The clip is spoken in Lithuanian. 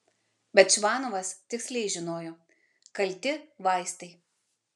bet čvanovas tiksliai žinojo kalti vaistai